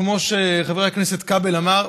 כמו שחבר הכנסת כבל אמר,